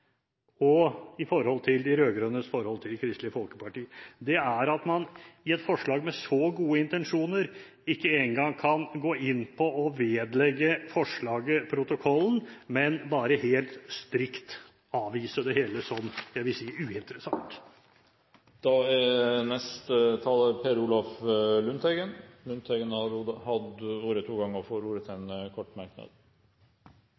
de rød-grønnes forhold til Kristelig Folkeparti, er at man – når det gjelder et forslag med så gode intensjoner – ikke engang kan gå inn for å vedlegge forslaget protokollen, men bare helt strikt avvise det hele som, jeg vil si, uinteressant. Representanten Per Olaf Lundteigen har hatt ordet to ganger tidligere og får ordet til